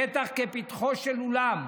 פתח כפתחו של אולם,